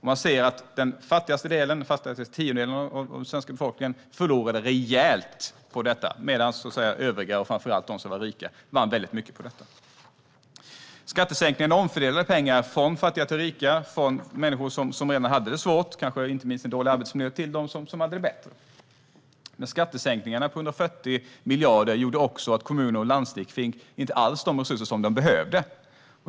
Man ser att den fattigaste tiondelen av den svenska befolkningen förlorade rejält på detta, medan övriga, och framför allt de som var rika, vann mycket på detta. Skattesänkningarna omfördelade pengar från fattiga till rika, från människor som redan hade det svårt, kanske inte minst med en dålig arbetsmiljö, till dem som hade det bättre. Men skattesänkningarna på 140 miljarder gjorde också att kommuner och landsting inte alls fick de resurser som de behövde.